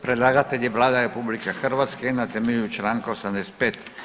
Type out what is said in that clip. Predlagatelj je Vlada RH na temelju Članka 85.